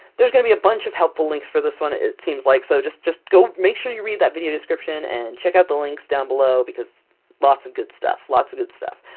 there's going to be a bunch of helpful links for this one, it seems like! so, just just go make sure you read that video description, and check out the links down below! because lots of good stuff! lots of good stuff!